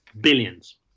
billions